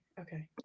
Okay